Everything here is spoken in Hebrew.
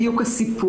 זה, בדיוק, הסיפור.